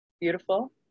Beautiful